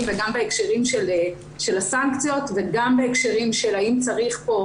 וגם בהקשרים של הסנקציות וגם בהקשרים של האם צריך פה,